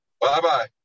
Bye-bye